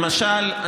למשל,